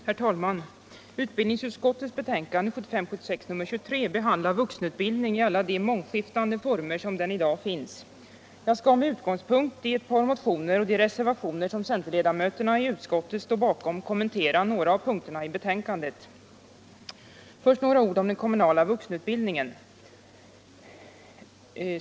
Herr talman! Utbildningsutskottets betänkande 1975/76:23 behandlar vuxenutbildning i alla de mångskiftande former som den i dag finns. Jag skall med utgångspunkt i ett par motioner och de reservationer som centerledamöterna i utskottet står bakom kommentera några av punkterna i betänkandet. Först några ord om den kommunala vuxenutbildningen.